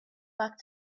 back